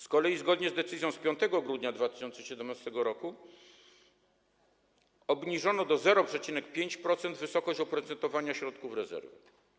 Z kolei zgodnie z decyzją z 5 grudnia 2017 r. obniżono do 0,5% wysokość oprocentowania środków rezerwy.